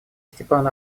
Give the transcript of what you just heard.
степан